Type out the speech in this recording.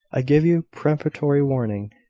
i give you peremptory warning,